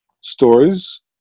stories